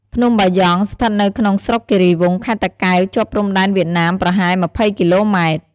ភ្នំបាយ៉ងស្ថិតនៅក្នុងស្រុកគិរីវង់ ខេត្តតាកែវ ជាប់ព្រំដែនវៀតណាមប្រហែល ២០គីឡូម៉ែត្រ។